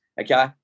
okay